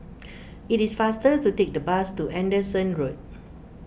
it is faster to take the bus to Anderson Road